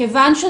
אי אפשר